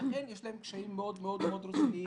ולכן יש להם קשיים מאוד-מאוד-מאוד רציניים.